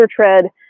tread